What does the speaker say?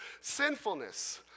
sinfulness